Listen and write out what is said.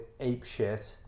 apeshit